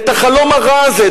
את החלום הרע הזה,